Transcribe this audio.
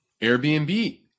Airbnb